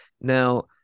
Now